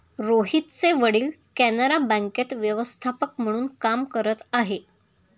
रोहितचे वडील कॅनरा बँकेत व्यवस्थापक म्हणून काम करत आहे